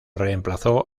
reemplazó